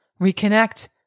Reconnect